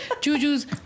Juju's